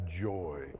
joy